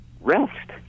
rest